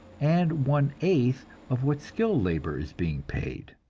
and one-eighth of what skilled labor is being paid.